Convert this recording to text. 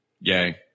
Yay